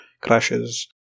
crashes